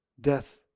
death